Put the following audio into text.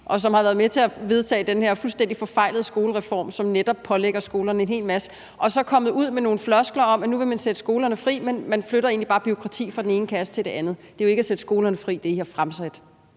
og som har været med til at vedtage den her fuldstændig forfejlede skolereform, som netop pålægger skolerne en hel masse, altså at man så kommer ud med nogle floskler om, at nu vil man sætte skolerne fri, men man flytter egentlig bare bureaukrati fra den ene kasse til den anden. Det, I har fremsat, er jo ikke at sætte skolerne fri. Altså, lad os